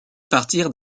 partir